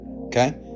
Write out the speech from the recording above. Okay